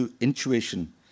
intuition